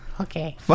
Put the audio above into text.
okay